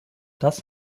das